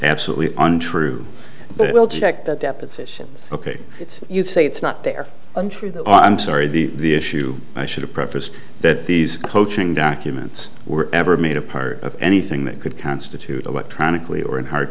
absolutely untrue but i will check that deposition ok you say it's not there untrue that i'm sorry the issue i should have prefaced that these coaching documents were never made a part of anything that could constitute electronically or in hard